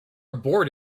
abort